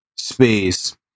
space